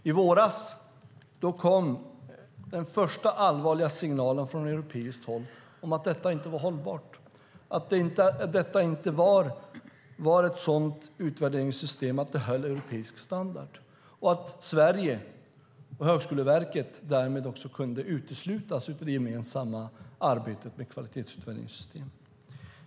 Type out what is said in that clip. I våras kom den första allvarliga signalen från europeiskt håll om att detta inte var hållbart, att utvärderingssystemet inte var sådant att det höll europeisk standard och att Sverige och därmed Högskoleverket kunde uteslutas ur det gemensamma arbetet med kvalitetsutvärderingssystem.